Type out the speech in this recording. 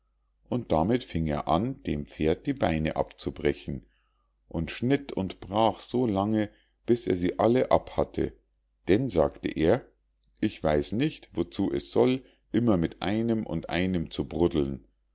und damit fing er an dem pferd die beine abzubrechen und schnitt und brach so lange bis er sie alle ab hatte denn sagte er ich weiß nicht wozu es soll immer mit einem und einem zu bruddeln